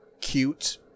cute